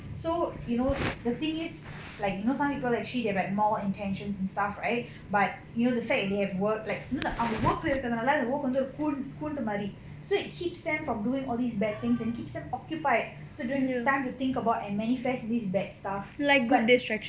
so you know the thing is like you know some people actually they have mal-intentions and stuff right but you know the fact that they have work like you know அவுங்க:avunga work lah இருக்கிறதுனால அந்த:irukkirathunaala antha work வந்து ஒரு ஒரு கூண்டு மாதிரி:vandhu oru oru koondu maadhiri so it keeps them from doing all these bad things and keeps them occupied so they don't have time to think about and manifest these bad stuff but